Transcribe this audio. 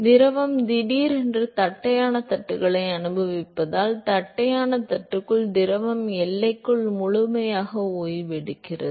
திரவம் திடீரென்று தட்டையான தட்டுகளை அனுபவிப்பதால் தட்டையான தட்டுக்குள் திரவம் எல்லையில் முழுமையாக ஓய்வெடுக்கிறது